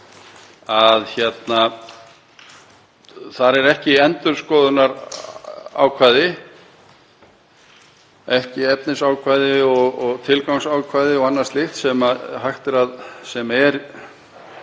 að þar er ekki endurskoðunarákvæði, ekki efnisákvæði, tilgangsákvæði eða annað slíkt sem er